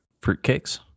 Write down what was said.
fruitcakes